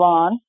on